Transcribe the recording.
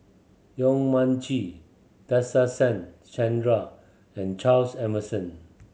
Yong Mun Chee Nadasen Chandra and Charles Emmerson